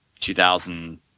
2000